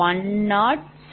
175107